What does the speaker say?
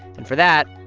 and for that,